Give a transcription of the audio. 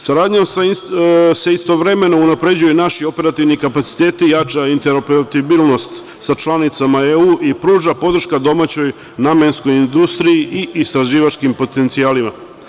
Saradnjom se istovremeno unapređuju naši operativni kapaciteti i jača interoperabilnost sa članicama EU i pruža podrška domaćoj namenskoj industriji i istraživačkim potencijalima.